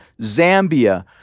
Zambia